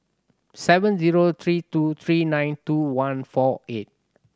seven zero three two three nine two one four eight